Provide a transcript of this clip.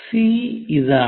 C ഇതാണ്